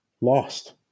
lost